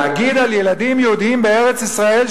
להגיד על ילדים יהודים בארץ-ישראל,